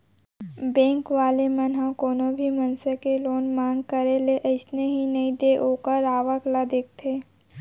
bank वाले मन ह कोनो भी मनसे के लोन मांग करे ले अइसने ही नइ दे ओखर आवक ल देखथे